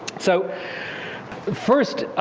so first,